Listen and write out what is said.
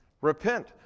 Repent